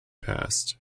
past